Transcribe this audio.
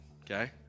Okay